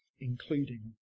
including